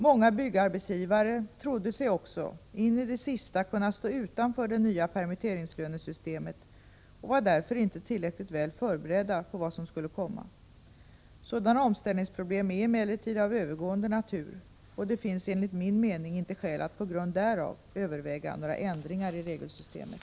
Många byggarbetsgivare trodde sig också in i det sista kunna stå utanför det nya permitteringslönesystemet och var därför inte tillräckligt väl förberedda på vad som skulle komma. Sådana omställningsproblem är emellertid av övergående natur, och det finns enligt min mening inte skäl att på grund därav överväga några ändringar i regelsystemet.